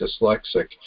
dyslexic